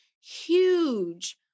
huge